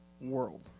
world